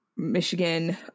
michigan